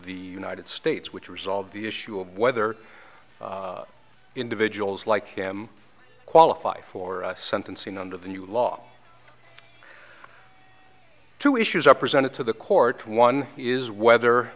the united states which resolved the issue of whether individuals like him qualify for sentencing under the new law two issues i presented to the court one is whether